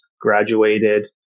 graduated